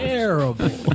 Terrible